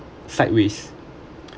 sideways